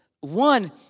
one